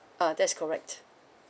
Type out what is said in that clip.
uh that's correct